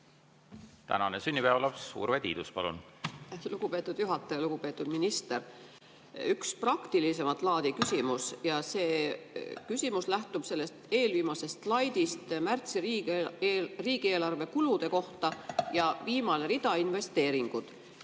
Tänane sünnipäevalaps Urve Tiidus, palun! Lugupeetud juhataja! Lugupeetud minister! Üks praktilisemat laadi küsimus. See küsimus lähtub eelviimasest slaidist märtsi riigi riigieelarve kulude kohta, viimane rida, investeeringud.